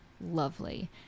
lovely